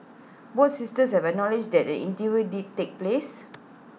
both sisters have acknowledged that interview did take place